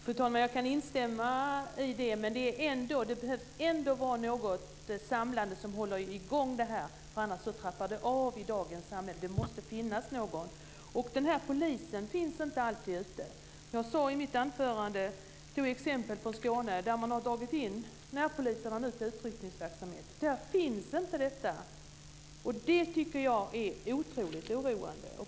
Fru talman! Jag kan instämma i det, men det behöver ändå finnas något samlande som håller i gång det här. Annars trappar det av i dagens samhälle. Det måste finnas någon. Den här polisen finns inte alltid ute. Jag tog i mitt anförande ett exempel från Skåne, där man har dragit in närpolisen och använt den till utryckningsverksamhet. Där finns inte detta. Det tycker jag är otroligt oroande.